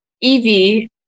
Evie